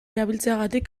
erabiltzeagatik